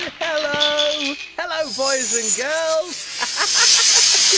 hello! hello boys and girls! i mean